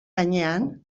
gainean